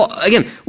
Again